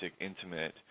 intimate